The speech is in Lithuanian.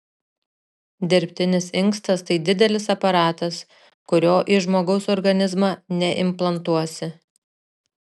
dirbtinis inkstas tai didelis aparatas kurio į žmogaus organizmą neimplantuosi